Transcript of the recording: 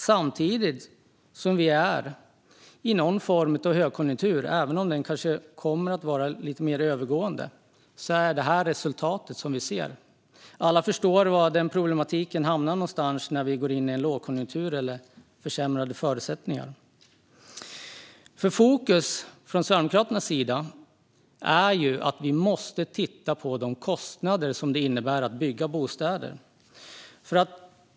Samtidigt som vi är i någon form av högkonjunktur går det alltså åt helt fel håll. Det är det resultatet vi ser. Alla förstår var den problematiken hamnar någonstans när vi går in i en lågkonjunktur eller försämrade förutsättningar. Sverigedemokraternas fokus är de kostnader som det innebär att bygga bostäder.